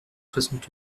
soixante